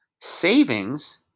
Savings